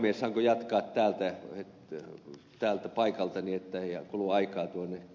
saanko jatkaa täältä paikaltani ettei kulu aikaa tuonne pönttöön menemisessä